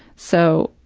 so,